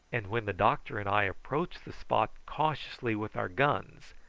and when the doctor and i approached the spot cautiously with our guns,